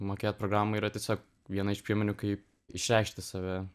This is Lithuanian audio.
mokėt programų yra tiesiog viena iš priemonių kaip išreikšti save